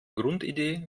grundidee